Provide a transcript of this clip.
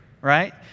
right